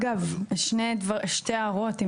שתי הערות.